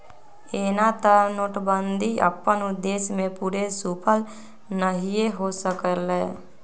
एना तऽ नोटबन्दि अप्पन उद्देश्य में पूरे सूफल नहीए हो सकलै